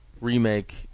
remake